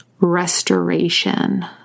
restoration